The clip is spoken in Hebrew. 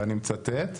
ואני מצטט,